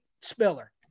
Spiller